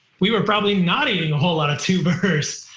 we were probably not eating a whole lot of tubers.